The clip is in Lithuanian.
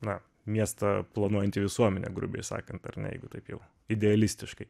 na miestą planuojanti visuomenė grubiai sakant ar ne jeigu taip jau idealistiškai